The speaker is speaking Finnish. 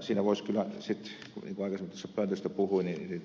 siinä voisi kyllä sitten niin kuin aikaisemmin tuosta pöntöstä puhuin